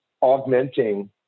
augmenting